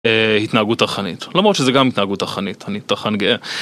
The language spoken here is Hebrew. התנהגות טרחנית, למרות שזה גם התנהגות טרחנית, אני טרחן גאה.